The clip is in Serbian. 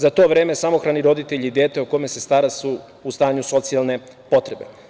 Za to vreme samohrani roditelji, dete o kome se stara, su u stanju socijalne potrebe.